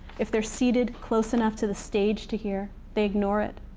if they're seated close enough to the stage to hear, they ignore it.